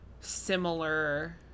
similar